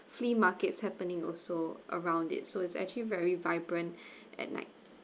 flea markets happening also around it so it's actually very vibrant at night